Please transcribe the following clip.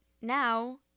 now